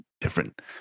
different